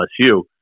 LSU